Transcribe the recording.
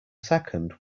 second